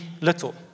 little